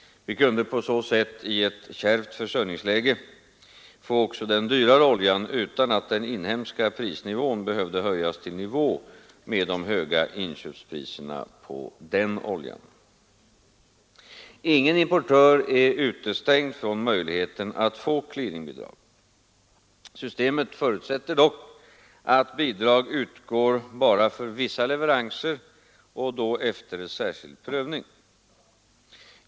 Vi kunde på så sätt i ett kärvt försörjningsläge få också den dyrare oljan utan att den inhemska prisnivån behövde höjas till nivå med de höga inköpspriserna på denna olja. Ingen importör är utestängd från möjligheten att få clearingbidrag. Systemet förutsätter dock att bidrag utgår endast för vissa leveranser och då efter särskild prövning.